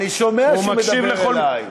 אני שומע שהוא מדבר אלי, תאמין לי.